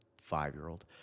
five-year-old